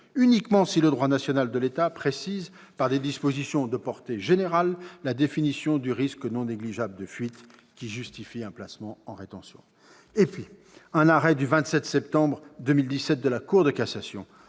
uniquement si le droit national de l'État précise, par des dispositions de portée générale, la définition du « risque non négligeable de fuite », qui justifie un placement en rétention. Un arrêt du 27 septembre 2017 de la Cour de cassation